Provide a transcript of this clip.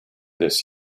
this